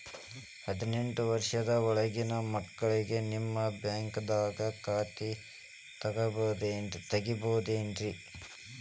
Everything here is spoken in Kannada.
ಹದಿನೆಂಟು ವರ್ಷದ ಒಳಗಿನ ಮಕ್ಳಿಗೆ ನಿಮ್ಮ ಬ್ಯಾಂಕ್ದಾಗ ಖಾತೆ ತೆಗಿಬಹುದೆನ್ರಿ?